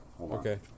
okay